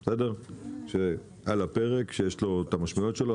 שהוא על הפרק ויש לו את המשמעויות שלו.